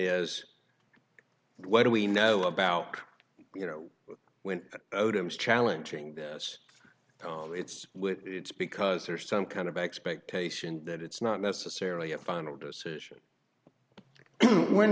is what do we know about you know when odom's challenging us oh it's it's because there's some kind of expectation that it's not necessarily a final decision when